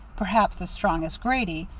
perhaps as strong as grady,